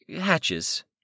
hatches